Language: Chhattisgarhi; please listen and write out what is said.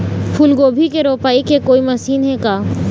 फूलगोभी के रोपाई के कोई मशीन हे का?